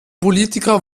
politiker